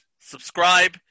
subscribe